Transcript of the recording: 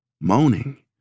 moaning